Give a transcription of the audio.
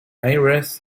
heiress